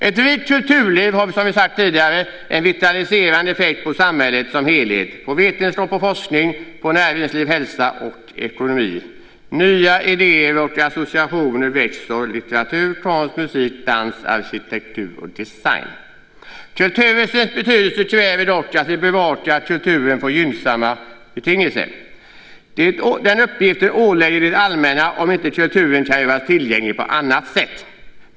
Ett rikt kulturliv har, som sagts tidigare, en vitaliserande effekt på samhället som helhet - på vetenskap och forskning, på näringsliv, på hälsa och på ekonomi. Nya idéer och associationer väcks av litteratur, konst, musik, dans, arkitektur och design. Kulturens betydelse kräver dock att vi bevakar kulturen på gynnsamma betingelser. Den uppgiften ålägger vi det allmänna om inte kulturen kan göras tillgänglig på annat sätt.